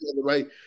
Right